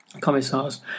commissars